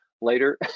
later